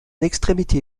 extrémité